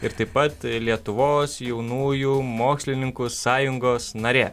ir taip pat lietuvos jaunųjų mokslininkų sąjungos narė